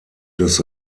des